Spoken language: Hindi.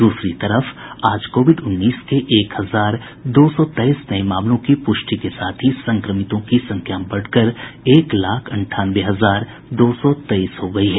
दूसरी तरफ आज कोविड उन्नीस के एक हजार दो सौ तेईस नये मामलों की पुष्टि के साथ ही संक्रमितों की संख्या बढ़कर एक लाख अंठानवे हजार दो सौ तेईस हो गयी है